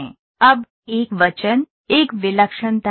अब एकवचन एक विलक्षणता क्या है